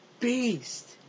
Beast